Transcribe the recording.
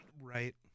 Right